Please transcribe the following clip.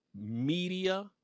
media